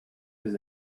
his